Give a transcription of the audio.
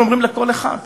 אנחנו אומרים לכל אחד.